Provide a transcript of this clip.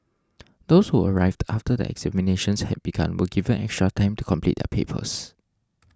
those who arrived after the examinations had begun were given extra time to complete their papers